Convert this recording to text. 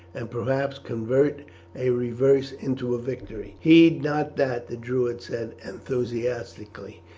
and perhaps convert a reverse into a victory. heed not that, the druid said enthusiastically.